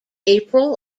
april